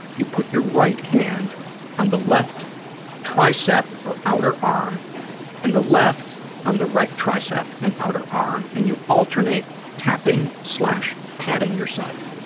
you put your right hand on the left tricep or outer arm and the left on the right tricep and outer arm, and you alternate tapping patting yourself.